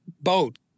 boat